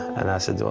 and i said, well,